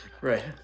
Right